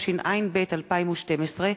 התשע"ב 2012,